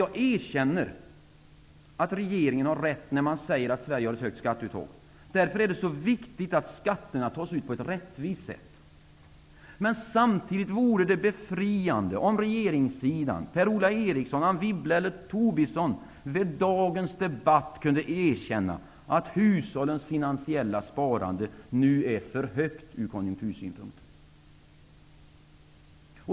Jag erkänner att regeringen har rätt när man säger att Sverige har ett högt skatteuttag. Därför är de så viktigt att skatterna tas ut på ett rättvist sätt. Samtidigt vore det befriande om regeringssidan -- Tobisson -- vid dagens debatt kunde erkänna att hushållens finansiella sparande nu är för högt ur konjunktursynpunkt.